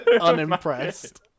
unimpressed